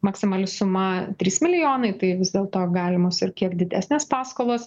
maksimali suma trys milijonai tai vis dėlto galimos ir kiek didesnės paskolos